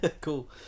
cool